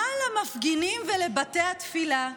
מה למפגינים ולבתי התפילה.